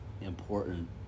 important